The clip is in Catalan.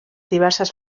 diverses